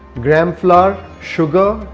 gram flour, sugar,